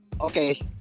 okay